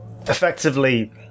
Effectively